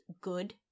good